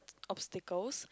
obstacles